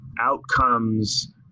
outcomes